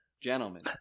Gentlemen